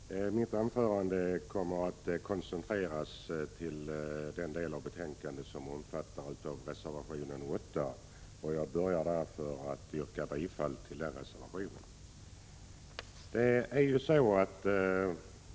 Herr talman! Mitt anförande kommer att koncentreras till den del av betänkandet som föranlett reservation 8, och jag börjar med att yrka bifall till den reservationen.